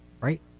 Right